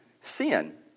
sin